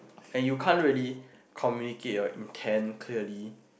and you can't really communicate your intent clearly